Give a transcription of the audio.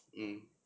mm